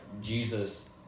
Jesus